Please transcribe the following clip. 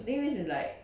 then this is like